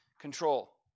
control